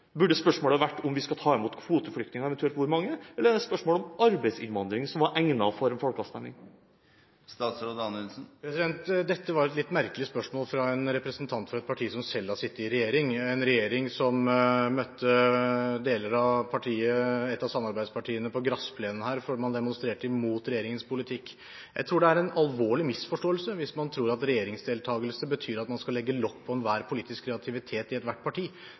Burde spørsmålet vært om vi skal ta imot kvoteflyktninger, eventuelt hvor mange? Eller er det spørsmålet om arbeidsinnvandring som var egnet for en folkeavstemning? Dette var et litt merkelig spørsmål fra en representant for et parti som selv har sittet i regjering, en regjering som møtte deler av et av samarbeidspartiene på gressplenen her ute fordi man demonstrerte mot regjeringens politikk. Jeg tror det er en alvorlig misforståelse hvis man tror at regjeringsdeltagelse betyr at man skal legge lokk på enhver politisk kreativitet i ethvert parti.